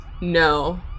no